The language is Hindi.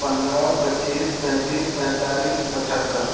पंद्रह पच्चीस पैंतीस पैंतालीस पचहत्तर